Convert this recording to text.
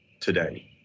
today